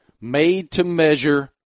made-to-measure